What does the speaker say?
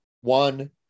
one